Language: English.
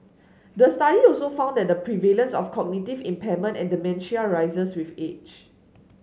the study also found that the prevalence of cognitive impairment and dementia rises with age